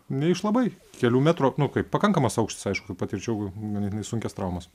ne iš labai kelių metrų nu kaip pakankamas aukštis aišku patirčiau g ganėtinai sunkias traumas